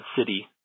City